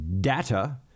data